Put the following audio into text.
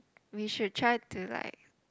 we should try to like